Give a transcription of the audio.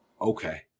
Okay